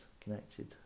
connected